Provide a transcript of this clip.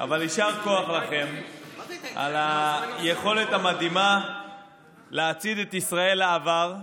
אבל יישר כוח לכם על היכולת המדהימה להצעיד את ישראל לעבר,